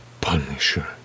punisher